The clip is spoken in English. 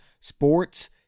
sports